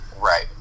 Right